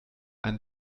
einen